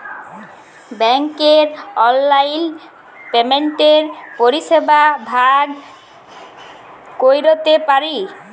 ব্যাংকের অললাইল পেমেল্টের পরিষেবা ভগ ক্যইরতে পারি